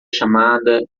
chamada